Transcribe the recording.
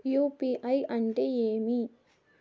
UPI అంటే ఏమి?